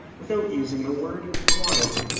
without using the word, water.